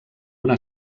una